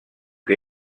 que